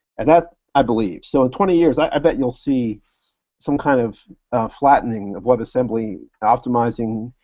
and that i believe. so in twenty years, i bet you'll see some kind of flattening of webassembly, optimizing,